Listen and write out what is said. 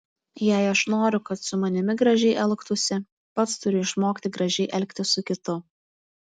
jei aš noriu kad su manimi gražiai elgtųsi pats turiu išmokti gražiai elgtis su kitu